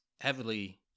heavily